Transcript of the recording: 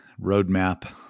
roadmap